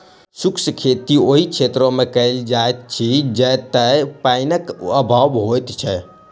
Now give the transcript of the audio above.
शुष्क खेती ओहि क्षेत्रमे कयल जाइत अछि जतय पाइनक अभाव होइत छै